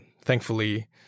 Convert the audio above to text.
thankfully